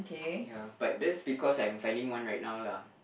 ya but that's because I'm finding one right now lah